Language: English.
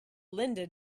linda